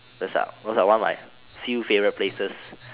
those are those one of my few favorite places